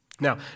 Now